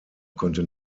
konnte